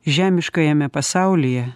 žemiškajame pasaulyje